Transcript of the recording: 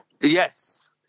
Yes